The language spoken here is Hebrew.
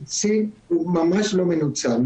בהפטיטיס סי הוא ממש לא מנוצל,